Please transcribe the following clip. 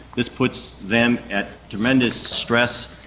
this puts them at tremendous stress,